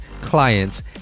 clients